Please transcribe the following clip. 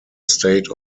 state